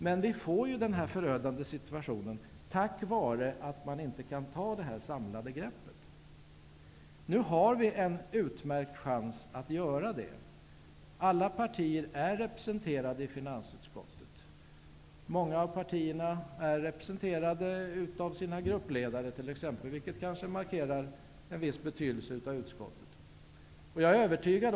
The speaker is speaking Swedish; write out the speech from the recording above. Men vi får ju den nuvarande förödande situationen på grund av att man inte kan ta ett samlat grepp. Nu har vi en utmärkt chans att göra det. Alla partier är representerade i finansutskottet, många av dem t.o.m. av sina gruppledare, vilket kanske markerar en viss betydelse hos utskottet.